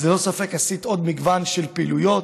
אז ללא ספק עשית עוד מגוון של פעילויות,